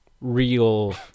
real